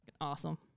awesome